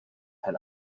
had